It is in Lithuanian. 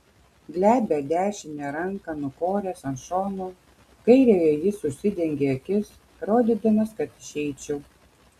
glebią dešinę ranką nukoręs ant šono kairiąja jis užsidengė akis rodydamas kad išeičiau